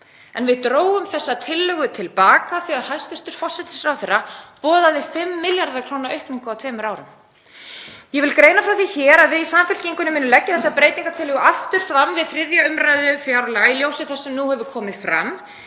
Við drógum þessa tillögu til baka þegar hæstv. forsætisráðherra boðaði 5 milljarða kr. aukningu á tveimur árum. Ég vil greina frá því hér að við í Samfylkingunni munum leggja þessa breytingartillögu fram aftur við 3. umr. fjárlaga í ljósi þess sem nú hefur komið fram.